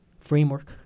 framework